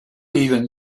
even